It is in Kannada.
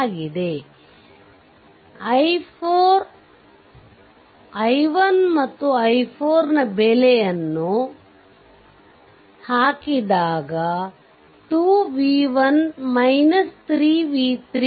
ಆಗಿದೆ i1 ಮತ್ತು i4 ನ ಬೆಲೆಯನ್ನು ಹಾಕಿದಾಗ 2 v1 3 v3 2 ಸಿಗುತ್ತದೆ